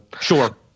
sure